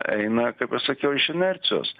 eina kaip aš sakiau iš inercijos